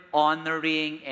honoring